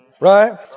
Right